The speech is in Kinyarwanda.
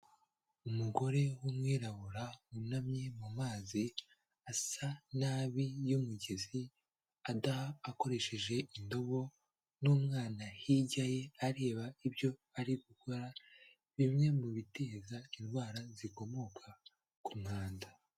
Umugore w'umwirabura wunamye mu mazi asa nabi y'umugezi, adaha akoresheje indobo n'umwana hirya ye areba ibyo ari gukora bimwe mu biteza indwara zikomoka ku mwanda.